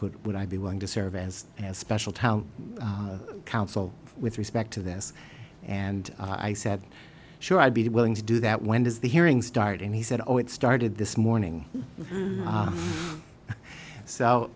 could would i be willing to serve as a special town council with respect to this and i said sure i'd be willing to do that when does the hearings start and he said oh it started this morning